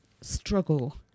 struggle